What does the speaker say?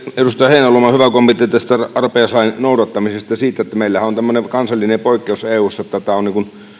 edustaja heinäluomalla oli hyvä kommentti tästä arpajaislain noudattamisesta siitä että meillähän on tämmöinen kansallinen poikkeus eussa että tämä on